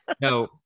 No